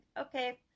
okay